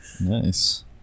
nice